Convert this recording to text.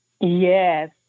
Yes